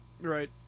right